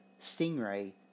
Stingray